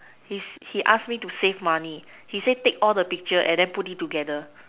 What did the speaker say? he ask me to save money he say take all the picture and then put it together